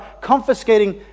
confiscating